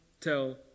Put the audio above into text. tell